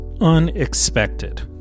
unexpected